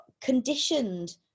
conditioned